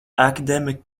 academic